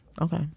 Okay